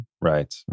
Right